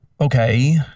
Okay